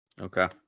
Okay